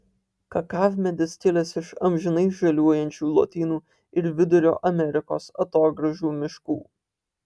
kakavmedis kilęs iš amžinai žaliuojančių lotynų ir vidurio amerikos atogrąžų miškų